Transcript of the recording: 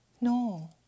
No